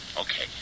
Okay